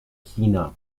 china